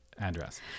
address